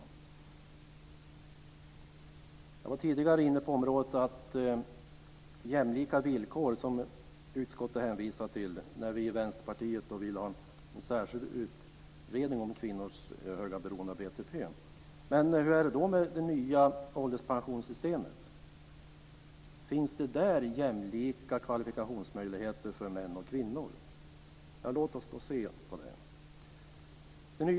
Jag var tidigare inne på de jämlika villkor som utskottet hänvisar till när vi i Vänsterpartiet vill ha en särskild utredning om kvinnors höga beroende av BTP. Hur är det då med det nya ålderspensionssystemet? Finns det jämlika kvalifikationsmöjligheter för män och kvinnor där? Låt oss se hur det är med detta.